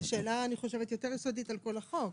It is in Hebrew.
זה שאלה יותר יסודית על כל החוק.